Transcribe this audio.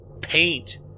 paint